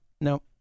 no